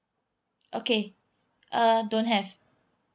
okay uh don't have